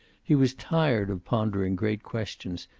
he was tired of pondering great questions,